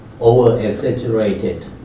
over-exaggerated